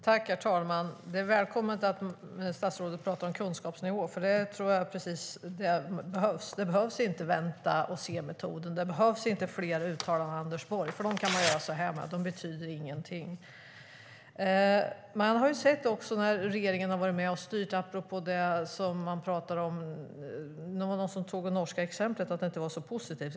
Herr talman! Det är välkommet att statsrådet talar om kunskapsnivå, för det är precis det jag tror behövs. Det är inte vänta-och-se-metoden som behövs, och det behövs inte fler uttalanden av Anders Borg. Dem kan nämligen man riva sönder, om man har dem på papper, för de betyder ingenting. Det var någon som tog upp att det norska exemplet inte var så positivt.